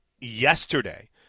yesterday